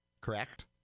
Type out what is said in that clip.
correct